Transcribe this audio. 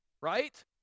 right